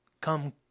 come